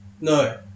No